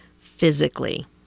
physically